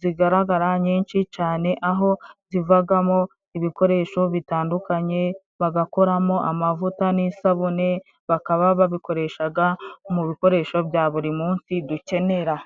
zigaragara nyinshi cane, aho zivagamo ibikoresho bitandukanye, bagakoramo amavuta n'isabune, bakaba babikoreshaga mu bikoresho bya buri munsi dukenera.